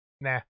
nah